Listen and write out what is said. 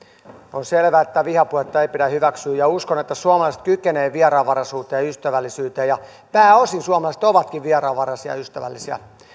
on selvää että vihapuhetta ei pidä hyväksyä ja uskon että suomalaiset kykenevät vieraanvaraisuuteen ja ystävällisyyteen ja pääosin suomalaiset ovatkin vieraanvaraisia ja ystävällisiä